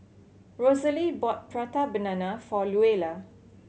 Rosalee bought Prata Banana for Luella